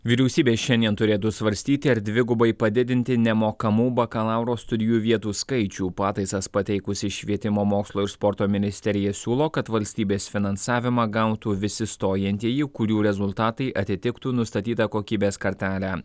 vyriausybė šiandien turėtų svarstyti ar dvigubai padidinti nemokamų bakalauro studijų vietų skaičių pataisas pateikusi švietimo mokslo ir sporto ministerija siūlo kad valstybės finansavimą gautų visi stojantieji kurių rezultatai atitiktų nustatytą kokybės kartelę